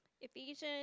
Ephesians